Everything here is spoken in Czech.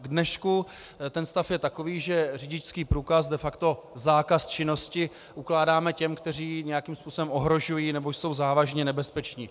K dnešku ten stav je takový, že řidičský průkaz, de facto zákaz činnosti ukládáme těm, kteří nějakým způsobem ohrožují nebo jsou závažně nebezpeční.